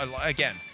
again